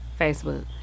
Facebook